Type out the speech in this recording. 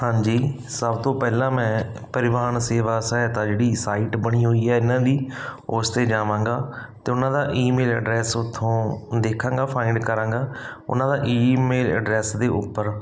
ਹਾਂਜੀ ਸਭ ਤੋਂ ਪਹਿਲਾਂ ਮੈਂ ਪਰਿਵਾਹਨ ਸੇਵਾ ਸਹਾਇਤਾ ਜਿਹੜੀ ਸਾਈਟ ਬਣੀ ਹੋਈ ਹੈ ਇਹਨਾਂ ਦੀ ਉਸ 'ਤੇ ਜਾਵਾਂਗਾ ਅਤੇ ਉਹਨਾਂ ਦਾ ਈਮੇਲ ਐਡਰੈਸ ਉੱਥੋਂ ਦੇਖਾਂਗਾ ਫਾਇੰਡ ਕਰਾਂਗਾ ਉਹਨਾਂ ਦਾ ਈਮੇਲ ਐਡਰੈਸ ਦੇ ਉੱਪਰ